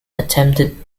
attempted